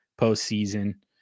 postseason